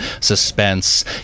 suspense